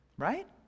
right